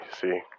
see